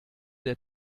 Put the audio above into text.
der